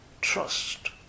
trust